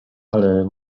ale